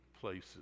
places